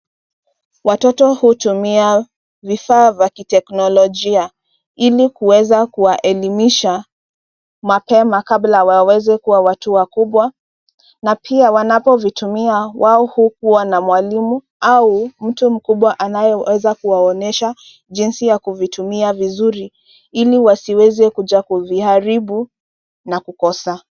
Watoto hutumia vifaa vya kiteknolojia ili kuweza kuwa elimisha mapema kabla waweze kuwa watu wakubwa na pia wanapovitumia wao huwa na mwalimu au mtu mkubwa anayeweza kuwaonyesha jinsi ya kuvitumia vizuri ili wasiweze kuja kuviharibu na kukosa.